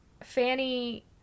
Fanny